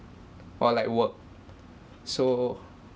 or like work so